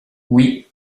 oui